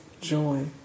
joy